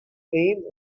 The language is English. aim